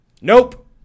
nope